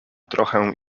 trochę